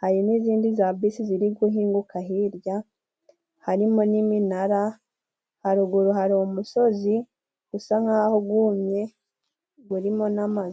hari n'izindi za bisi ziri guhinguka hirya harimo n'iminara haruguru hari umusozi usa nkaho gumye gurimo n'amazu.